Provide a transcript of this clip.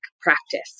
practice